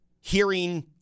hearing